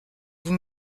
vous